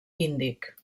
índic